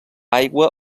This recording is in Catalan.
aigua